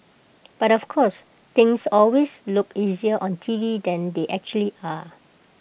but of course things always look easier on T V than they actually are